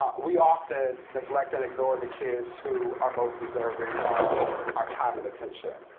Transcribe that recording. we often neglect and ignore the kids who are most deserving of our time and attention.